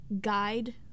guide